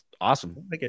Awesome